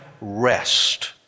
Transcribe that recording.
rest